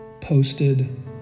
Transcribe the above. posted